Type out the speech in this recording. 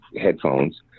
headphones